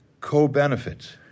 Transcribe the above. Co-benefits –